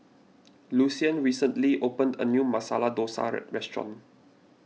Lucian recently opened a new Masala Dosa restaurant